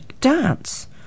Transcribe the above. Dance